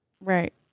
Right